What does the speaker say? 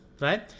right